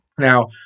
Now